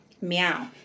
Meow